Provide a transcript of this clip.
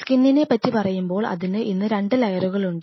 സ്കിന്നിനെ പറ്റി പറയുമ്പോൾ അതിന് ഇന്ന് 2 ലയറുകൾ ഉണ്ട്